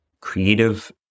creative